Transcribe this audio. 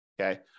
Okay